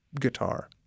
guitar